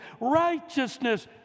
righteousness